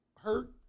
hurt